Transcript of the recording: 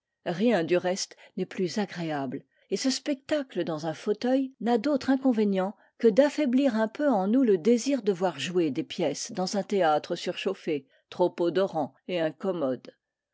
rien du reste n'est plus agréable et ce spectacle dans un fauteuil n'a d'autre inconvénient que d'affaiblir un peu en nous le désir de voir jouer des pièces dans un théâtre surchauffé trop odorant et incommode